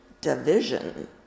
division